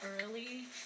early